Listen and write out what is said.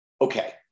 Okay